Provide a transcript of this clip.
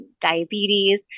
diabetes